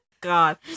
God